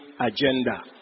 agenda